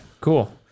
Cool